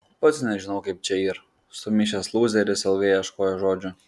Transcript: pats nežinau kaip čia yr sumišęs lūzeris ilgai ieškojo žodžių